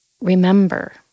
remember